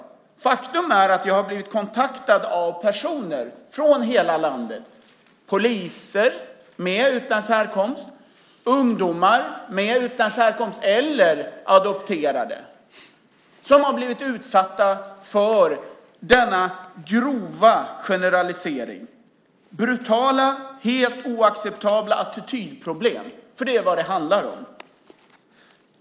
Men faktum är att jag har blivit kontaktad av personer från hela landet. Poliser av utländsk härkomst och ungdomar som är av utländsk härkomst eller som är adopterade har blivit utsatta för denna grova generalisering. Brutala och helt oacceptabla attitydproblem är vad det handlar om.